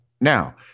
Now